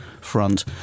front